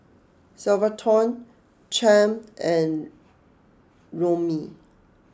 Salvatore Champ and Romie